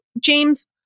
James